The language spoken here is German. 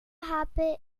habe